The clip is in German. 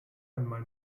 einmal